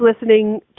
listening